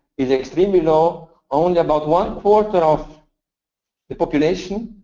is extremely low, only about one quarter of the population